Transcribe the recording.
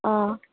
ꯑꯥ